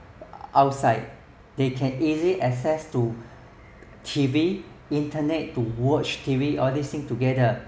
outside they can easily access to T_V internet to watch T_V all this thing together